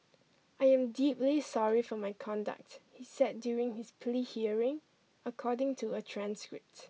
I am deeply sorry for my conduct he said during his plea hearing according to a transcript